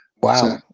Wow